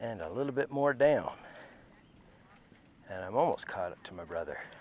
and a little bit more down and i'm almost caught up to my brother